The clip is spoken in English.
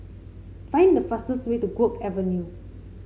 find the fastest way to Guok Avenue